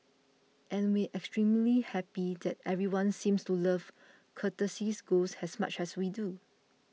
and we extremely happy that everyone seems to love Courtesy Ghost as much as we do